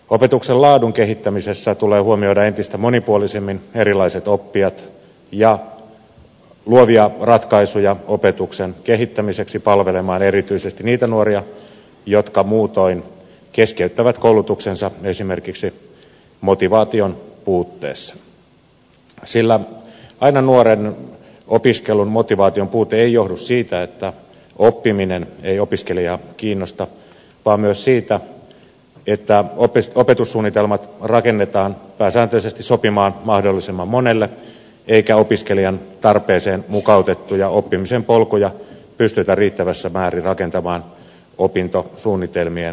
opetuksen laadun kehittämisessä tulee huomioida entistä monipuolisemmin erilaiset oppijat ja tehdä luovia ratkaisuja opetuksen kehittämiseksi palvelemaan erityisesti niitä nuoria jotka muutoin keskeyttävät koulutuksensa esimerkiksi motivaation puutteessa sillä aina nuoren opiskelun motivaation puute ei johdu siitä että oppiminen ei opiskelijaa kiinnosta vaan myös siitä että opetussuunnitelmat rakennetaan pääsääntöisesti sopimaan mahdollisimman monelle eikä opiskelijan tarpeeseen mukautettuja oppimisen polkuja pystytä riittävässä määrin rakentamaan opintosuunnitelmien sisään